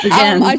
Again